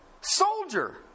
soldier